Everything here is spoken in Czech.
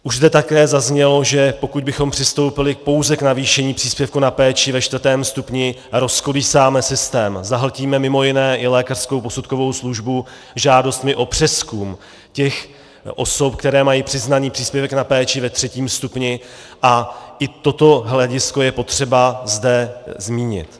Už zde také zaznělo, že pokud bychom přistoupili pouze k navýšení příspěvku na péči ve čtvrtém stupni, rozkolísáme systém, zahltíme mimo jiné i lékařskou posudkovou službu žádostmi o přezkum těch osob, které mají přiznaný příspěvek na péči ve třetím stupni, a i toto hledisko je potřeba zde mínit.